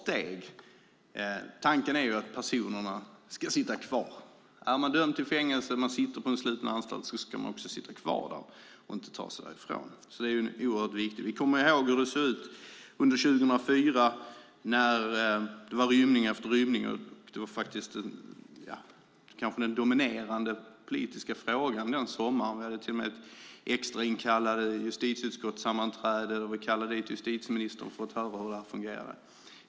Tanken är ju att personerna ska sitta kvar. Är man dömd till fängelse och sitter på sluten anstalt ska man också sitta kvar där och inte ta sig därifrån. Det är viktigt. Vi kommer ihåg hur det var 2004, då det var rymning efter rymning. Det var nog den dominerande politiska frågan den sommaren. Vi hade till och med ett extrainkallat sammanträde i justitieutskottet, och vi kallade dit justitieministern för att höra hur det fungerade.